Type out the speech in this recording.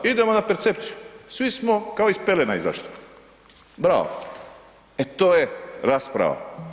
Idemo na percepciju svi smo kao iz pelena izašli, bravo, e to je rasprava.